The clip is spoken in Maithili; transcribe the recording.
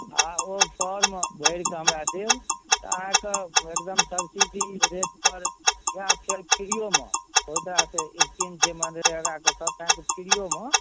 आ ओ फॉर्म भरि कऽ हमरा देब तऽ अहाँके एकदम सब्सिडी रेटपर या फेर फ्रीयोमे बहुत रास स्कीम छै मनरेगाके तहत अहाँके फ्रीयोमे